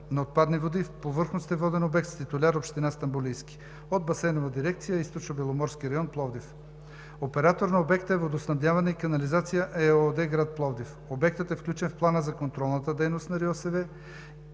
на отпадни води в повърхностен воден обект с титуляр Община Стамболийски от Басейнова дирекция „Източнобеломорски район“ – Пловдив. Оператор на обекта е „Водоснабдяване и канализация“ ЕООД – град Пловдив. Обектът е включен в плана за контролната дейност на РИОСВ